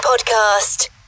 Podcast